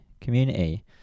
community